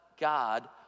God